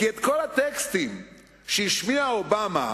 כי את כל הטקסטים שהשמיע אובמה,